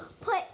put